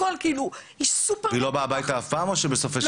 הכול --- היא לא באה הביתה אף פעם או בסופי שבוע?